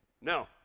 No